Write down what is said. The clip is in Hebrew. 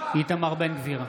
איתמר בן גביר,